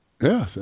Yes